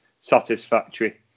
satisfactory